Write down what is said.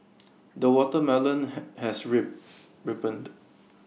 the watermelon has re ripened